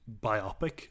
biopic